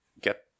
get